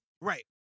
Right